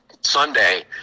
Sunday